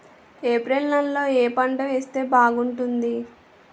April నెలలో ఏ పంట వేస్తే బాగుంటుంది?